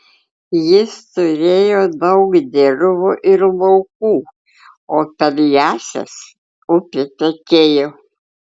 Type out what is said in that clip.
jis turėjo daug dirvų ir laukų o per jąsias upė tekėjo